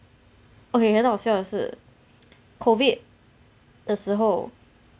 okay 很好笑的是 COVID 的时候